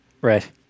Right